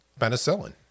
penicillin